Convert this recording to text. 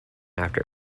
after